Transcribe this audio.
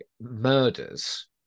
murders